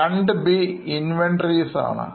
2 b inventoriesആണ്